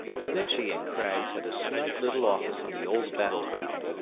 snitchey and craggs had a snug little office on the old battle ground,